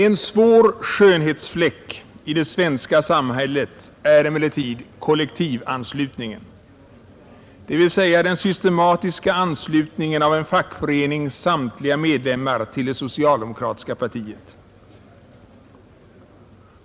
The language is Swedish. En svår skönhetsfläck i det svenska samhället är emellertid kollektivanslutningen, dvs. den systematiska anslutningen av en fackförenings samtliga medlemmar till det socialdemokratiska partiet.